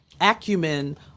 acumen